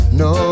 no